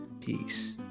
peace